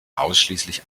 ausschließlich